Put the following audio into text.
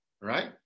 right